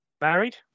married